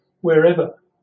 wherever